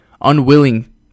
unwilling